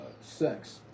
sex